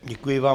Děkuji vám.